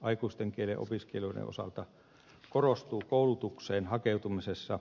aikuisten kielenopiskelijoiden osalta korostuu koulutukseen hakeutumisessa